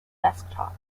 desktop